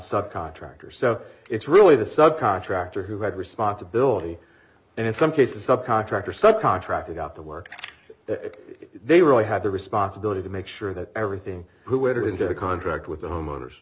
sub contractor so it's really the sub contractor who had responsibility and in some cases sub contractors such contracted out the work that they really have the responsibility to make sure that everything who enters into a contract with the homeowner